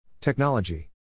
Technology